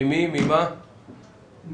מי שיציג את המצגת הוא ד"ר בוריס יעקובסון,